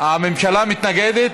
הממשלה מתנגדת.